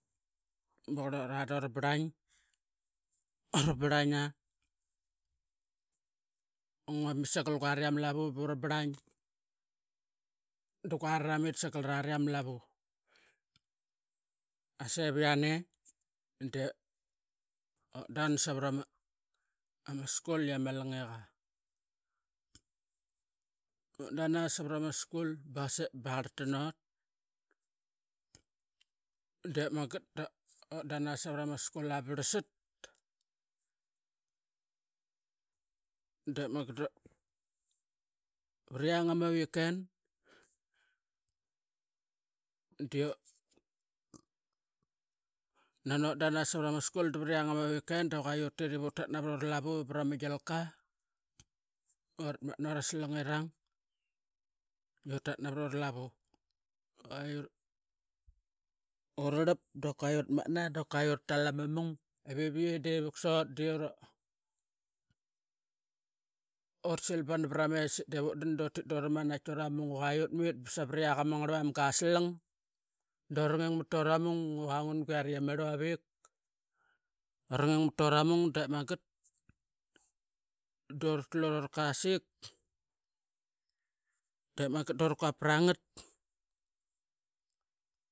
Ba qurlora dura brlain. Ura brlaina da ngua mit sagal guari ama lavu bora brlain da guari ramit sagal arari ama lavu. Qaseviane de utdan savarama school i ama langiqa. Utdana savarama school baqasep ma barlta naut, dep mangat dutdan savarama school a ba varlsat da vriang ama weekend de qua utit ivutat navat ura lavu varama gialka. Uratmatna ura salangirang dutat navat ura lavu, i qua urarlap da kua urat matna da kua uratal ama mung. Iviyi de vuksot da ut silbana varames i vot dan ip uratmatna dotit duram anait turamung i qua savariak ama ngarlmanga a salang dura ngingmat tora mung de magat dur tlu rura kasik de magat dura qua patangat.